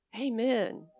Amen